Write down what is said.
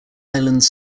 islands